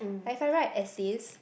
if I write essays